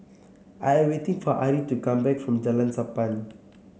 I am waiting for Ari to come back from Jalan Sappan